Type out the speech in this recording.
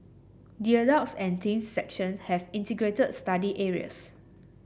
the adults and teens section have integrated study areas